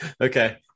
Okay